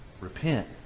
Repent